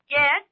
Yes